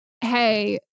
hey